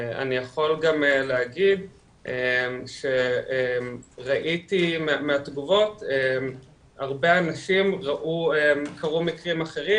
אני יכול גם להגיד שראיתי מהתגובות הרבה אנשים ראו קרו מקרים אחרים